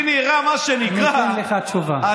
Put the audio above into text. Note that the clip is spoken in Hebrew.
לי נראה שמה שנקרא, אני אתן לך תשובה.